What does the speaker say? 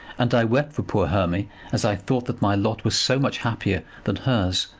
and i wept for poor hermy as i thought that my lot was so much happier than hers.